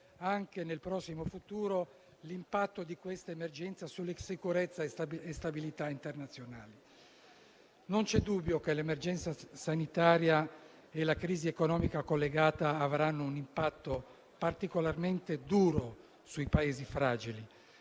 anche nel prossimo futuro l'impatto di quest'emergenza sulla sicurezza e la stabilità internazionale. Non c'è dubbio che l'emergenza sanitaria e la crisi economica collegata avranno un impatto particolarmente duro sui Paesi fragili,